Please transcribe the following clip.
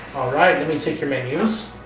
alright, let me take your menus.